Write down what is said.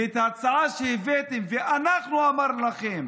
ואת ההצעה שהבאתם ואנחנו אמרנו לכם